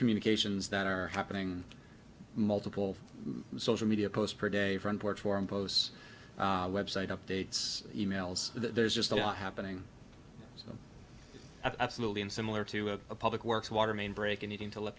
communications that are happening multiple social media posts per day front porch warm posts website updates e mails there's just a lot happening absolutely and similar to a public works water main break anything to let